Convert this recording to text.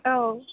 औ